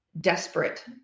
desperate